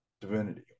divinity